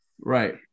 Right